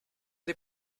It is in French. des